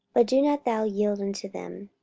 but do not thou yield unto them